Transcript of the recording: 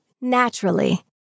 naturally